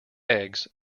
eggs